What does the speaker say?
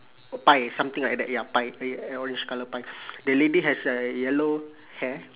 pie something like that ya pie eh a orange colour pie the lady has a yellow hair